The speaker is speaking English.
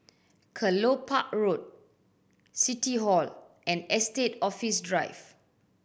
Kelopak Road City Hall and Estate Office Drive